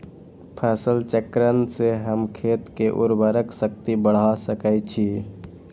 फसल चक्रण से हम खेत के उर्वरक शक्ति बढ़ा सकैछि?